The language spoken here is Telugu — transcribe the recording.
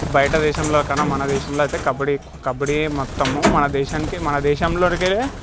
బయట దేశంలో కన్నా మన దేశంలో అయితే కబడ్డీ కబడ్డీ మొత్తము మన దేశానికి మన దేశంలోనికే